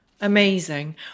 amazing